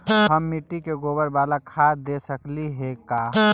हम मिट्टी में गोबर बाला खाद दे सकली हे का?